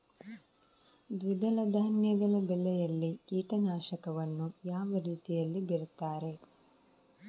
ದ್ವಿದಳ ಧಾನ್ಯಗಳ ಬೆಳೆಯಲ್ಲಿ ಕೀಟನಾಶಕವನ್ನು ಯಾವ ರೀತಿಯಲ್ಲಿ ಬಿಡ್ತಾರೆ?